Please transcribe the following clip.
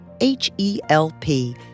H-E-L-P